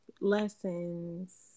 lessons